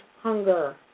hunger